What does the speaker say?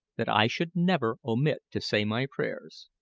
that i should never omit to say my prayers.